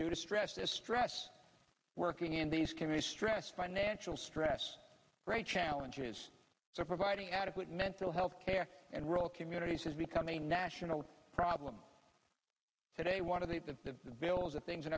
due to stress distress working in these committees stress financial stress great challenges so providing adequate mental health care and real communities has become a national problem today one of the bills of things that